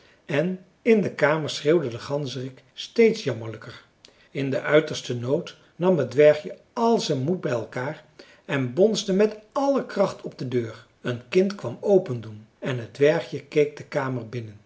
en in de kamer schreeuwde de ganzerik steeds jammerlijker in den uitersten nood nam het dwergje al zijn moed bij elkaar en bonsde met alle kracht op de deur een kind kwam opendoen en het dwergje keek de kamer binnen